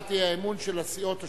הצעת האי-אמון של הסיעות השונות,